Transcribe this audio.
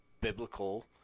biblical